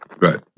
Right